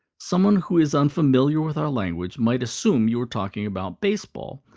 someone who's unfamiliar with our language might assume you were talking about baseball,